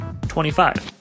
25